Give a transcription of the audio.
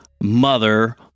mother